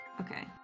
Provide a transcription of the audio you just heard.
okay